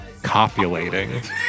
copulating